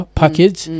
package